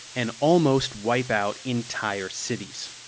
and almost wipe out entire cities.